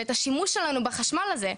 ואת השימוש שלנו בחשמל הזה,